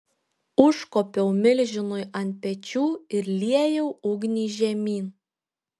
užkopiau milžinui ant pečių ir liejau ugnį žemyn